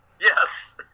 Yes